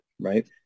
right